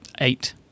eight